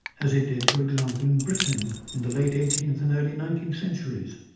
as it did, for example, in britain in the late eighteenth and early nineteenth centuries.